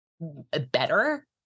better